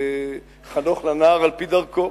חנוך לנער על-פי דרכו,